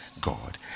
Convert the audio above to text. God